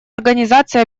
организации